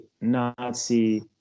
Nazi